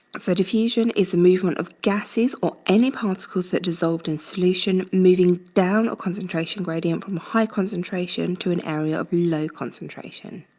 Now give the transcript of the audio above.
so diffusion is the movement of gases or any particles that dissolved in solution moving down a concentration gradient from high concentration to an area of low concentration.